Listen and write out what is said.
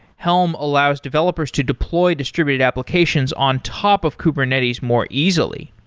helm allows developers to deploy distributed applications on top of kubernetes more easily.